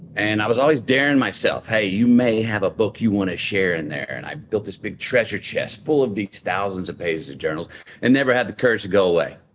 and i was always daring myself. hey, you may have a book you want to share in there. and i built this big treasure chest full of these thousands of pages of journals and never had the courage to go away,